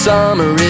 Summer